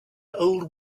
old